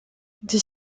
des